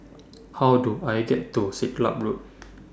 How Do I get to Siglap Road